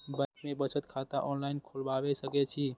Bank में बचत खाता ऑनलाईन खोलबाए सके छी?